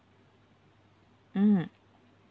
mm